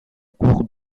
cours